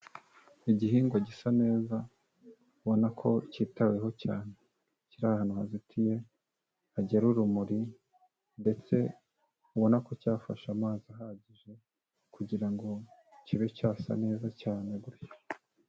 Igihingwa gisa neza ubona ko kitaweho cyane, kiri ahantu haztiye hagera urumuri ndetse ubona ko cyafashe amazi ahagije kugira ngo kibe cyasa neza cyane gutyo.